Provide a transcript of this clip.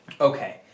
Okay